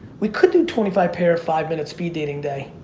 we could do twenty five pair five minute speed dating day.